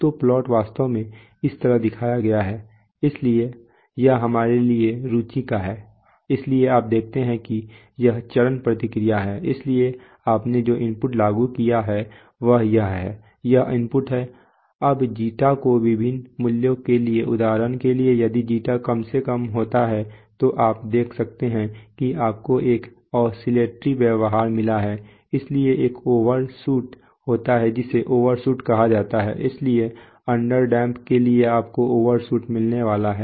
तो प्लॉट वास्तव में इस तरह दिखता है इसलिए यह हमारे लिए रुचि का है इसलिए आप देखते हैं कि यह चरण प्रतिक्रिया है इसलिए आपने जो इनपुट लागू किया है वह यह है यह इनपुट है अब जीटा के विभिन्न मूल्यों के लिए उदाहरण के लिए यदि जीटा कम और कम होता है तब आप देख सकते हैं कि आपको एक ऑसिलेटरी व्यवहार मिलता है इसलिए एक ओवरशूट होता है जिसे ओवरशूट कहा जाता है इसलिए अंडर डैम्प्ड के लिए आपको ओवरशूट मिलने वाला है